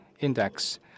index